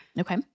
Okay